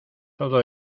todo